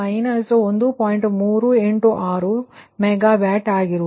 386 ವಿದ್ಯುತ್ ಘಟಕ ಮೆಗಾವ್ಯಾಟ್ ಆಗುತ್ತದೆ